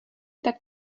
tak